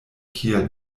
kia